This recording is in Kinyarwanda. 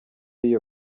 iyo